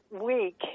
week